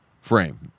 frame